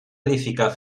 edificar